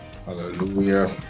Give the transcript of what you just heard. Hallelujah